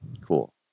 Cool